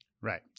Right